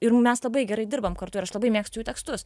ir mes labai gerai dirbam kartu ir aš labai mėgstu jų tekstus